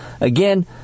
Again